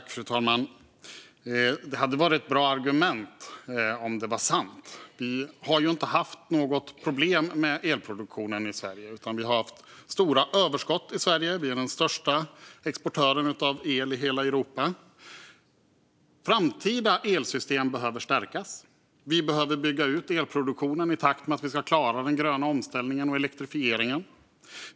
Fru talman! Det hade varit ett bra argument om det var sant. Vi har ju inte haft något problem med elproduktionen i Sverige. Vi har haft stora överskott. Vi är den största exportören av el i hela Europa. Framtida elsystem behöver stärkas. Vi behöver bygga ut elproduktionen i takt med att vi ska klara den gröna omställningen och elektrifieringen.